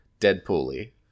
Deadpool-y